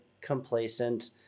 complacent